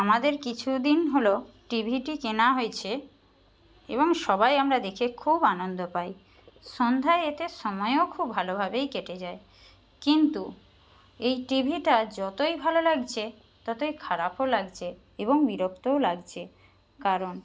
আমাদের কিছু দিন হল টিভিটি কেনা হয়েছে এবং সবাই আমরা দেখে খুব আনন্দ পাই সন্ধ্যায় এতে সময়ও খুব ভালোভাবেই কেটে যায় কিন্তু এই টিভিটা যতই ভালো লাগছে ততই খারাপও লাগছে এবং বিরক্তও লাগছে কারণ